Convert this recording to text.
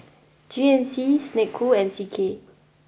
G N C Snek Ku and C K